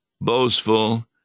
boastful